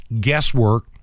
guesswork